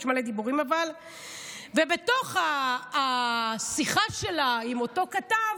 אבל יש מלא דיבורים ובתוך השיחה שלה עם אותו כתב,